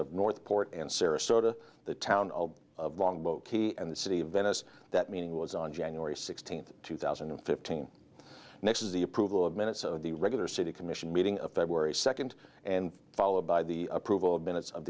of north port and sarasota the town of longboat key and the city of venice that meeting was on january sixteenth two thousand and fifteen next is the approval of minutes of the regular city commission meeting of february second and followed by the approval of minutes of